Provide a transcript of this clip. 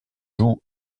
joue